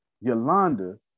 Yolanda